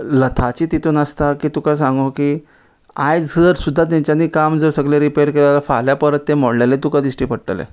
lethargy तितून आसता की तुका सांगू की आयज जर सुद्दा तेंच्यानी काम जर सगळे रिपेर केल्यार फाल्यां परत तें मोडलेले तुका दिश्टी पडटले